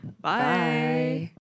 bye